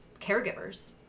caregivers